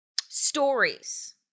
stories